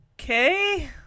Okay